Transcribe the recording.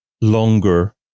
longer